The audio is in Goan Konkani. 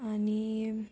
आनी